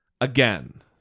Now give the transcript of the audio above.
again